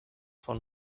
von